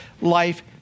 life